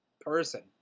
person